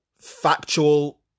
factual